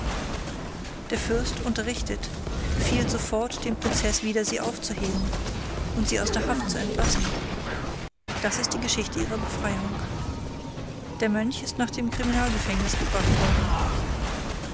der fürst unterrichtet befiehlt sofort den prozeß wider sie aufzuheben und sie der haft zu entlassen das ist die geschichte ihrer befreiung der mönch ist nach dem kriminalgefängnis gebracht worden